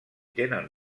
tenen